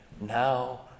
now